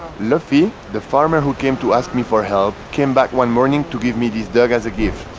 luffy the farmer who came to ask me for help came back one morning to give me these dog as a gift.